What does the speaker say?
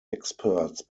experts